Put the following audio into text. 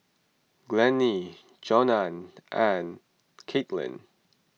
Glennie Johnna and Kaitlynn